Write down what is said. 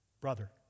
brother